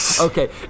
Okay